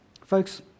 Folks